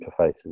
interfaces